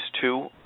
two